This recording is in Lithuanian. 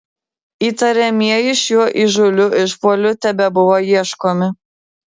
įtariamieji šiuo įžūliu išpuoliu tebebuvo ieškomi